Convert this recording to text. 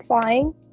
Flying